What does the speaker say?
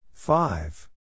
Five